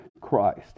Christ